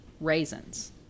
raisins